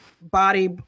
body